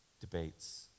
debates